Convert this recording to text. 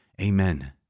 Amen